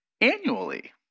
annually